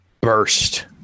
burst